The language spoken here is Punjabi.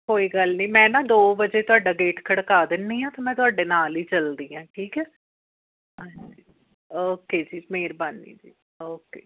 ਕੋਈ ਗੱਲ ਨਹੀਂ ਮੈਂ ਨਾ ਦੋ ਵਜੇ ਤੁਹਾਡਾ ਗੇਟ ਖੜਕਾ ਦਿੰਦੀ ਹਾਂ ਤੇ ਮੈਂ ਤੁਹਾਡੇ ਨਾਲ ਹੀ ਚੱਲਦੀ ਹਾਂ ਠੀਕ ਐ ਹਾਂਜੀ ਓਕੇ ਜੀ ਮਿਹਰਬਾਨੀ ਜੀ ਓਕੇ ਜੀ